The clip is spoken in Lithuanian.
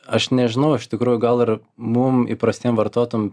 aš nežinau iš tikrųjų gal ir mum įprastiem vartotojam